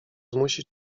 zmusić